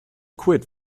quid